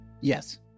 Yes